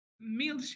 meal